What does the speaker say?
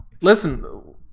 Listen